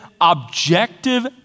objective